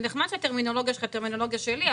זה נחמד שהטרמינולוגיה שלך היא טרמינולוגיה שלי,